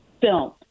film